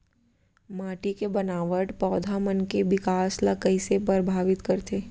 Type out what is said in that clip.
माटी के बनावट पौधा मन के बिकास ला कईसे परभावित करथे